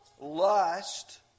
lust